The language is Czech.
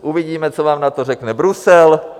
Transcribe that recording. Uvidíme, co vám na to řekne Brusel.